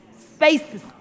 spaces